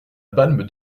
balme